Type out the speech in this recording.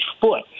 foot